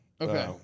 Okay